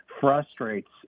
frustrates